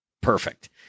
perfect